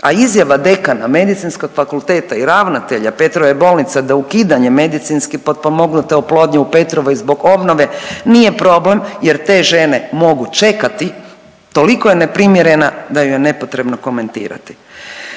A izjava dekana Medicinskog fakulteta i ravnatelja Petrove bolnice da ukidanje medicinski potpomognute oplodnje u Petrovoj zbog obnove nije problem, jer te žene mogu čekati toliko je neprimjerena da ju je nepotrebno komentirati.